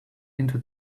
into